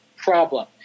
problem